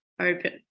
open